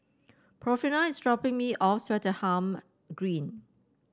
Porfirio is dropping me off Swettenham Green